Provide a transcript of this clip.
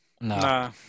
No